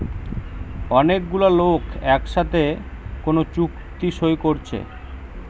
অনেক গুলা লোক একসাথে কোন চুক্তি সই কোরছে